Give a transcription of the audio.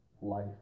life